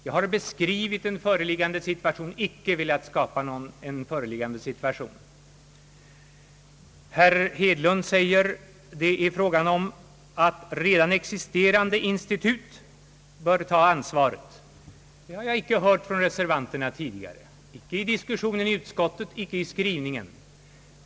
Jag har i föreliggande situation icke velat skapa någon motsättning. Herr Hedlund säger att redan existerande institut bör ta ansvaret. Det har jag inte hört från reservanterna tidigare. Det har inte framkommit under diskussionen i utskottet och inte i skrivningen.